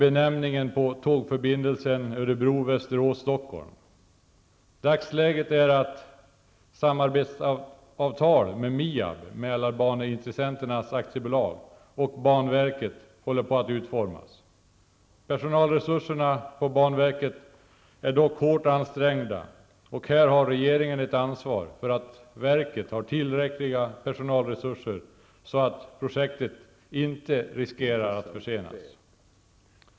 Stockholm. Dagsläget är att ett samarbetsavtal med MIAB och banverket håller på att utformas. Personalresurserna på banverket är dock hårt ansträngda. Här har regeringen ett ansvar för att verket har tillräckliga personalresurser, så att projektet inte riskerar att försenas.